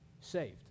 saved